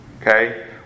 Okay